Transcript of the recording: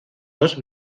dos